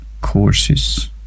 courses